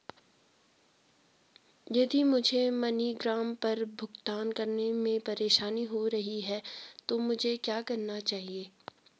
यदि मुझे मनीग्राम पर भुगतान करने में परेशानी हो रही है तो मुझे क्या करना चाहिए?